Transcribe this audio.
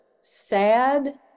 sad